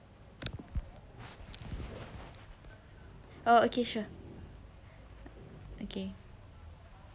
oh okay sure okay